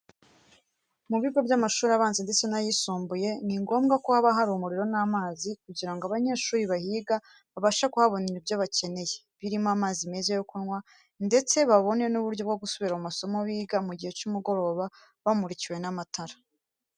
Mu bigo by'amashuri abanza ndetse n'ayisumbiye, ni ngombwa ko haba hari umuriro n'amazi kugira ngo abanyeshuri bahiga babashe kuhabonera ibyo bakeneye, birimo amazi meza yo kunywa ndetse babone n'uburyo bwo gusubira mu masomo biga mu gihe cy'umugoroba bamurikiwe n'amatara.